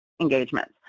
engagements